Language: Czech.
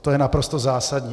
To je naprosto zásadní.